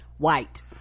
White